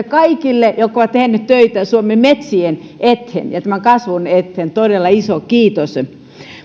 kaikille jotka ovat tehneet töitä suomen metsien eteen ja tämän kasvun eteen todella iso kiitos